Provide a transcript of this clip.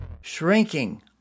Shrinking